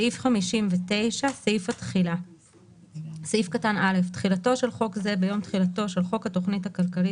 "תחילה 59. (א)תחילתו של חוק זה ביום תחילתו של חוק התכנית הכלכלית